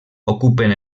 ocupen